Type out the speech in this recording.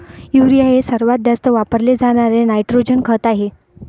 urea हे सर्वात जास्त वापरले जाणारे नायट्रोजन खत आहे